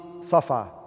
Safa